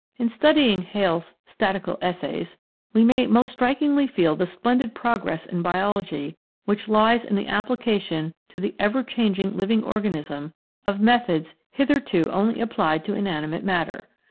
in studying hales' statical essays we may most strikingly feel the splendid progress in biology which lies in the application to the ever-changing living organism of methods hitherto only applied to inanimate matter.